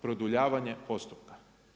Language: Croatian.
Produljavanje postupka.